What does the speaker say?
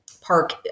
park